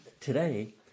today